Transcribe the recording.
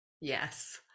yes